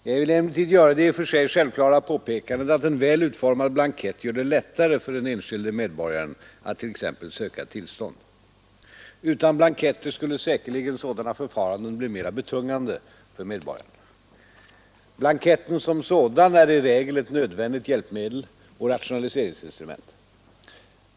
Jag vill emellertid göra det i och för sig självklara påpekandet att en väl utformad blankett gör det lättare för den enskilde medborgaren att t.ex. söka ett tillstånd. Utan blanketter skulle säkerligen sådana förfaranden bli mera betungande för medborgaren. Blanketten som sådan är i regel ett nödvändigt hjälpmedel och rationaliseringsinstrument.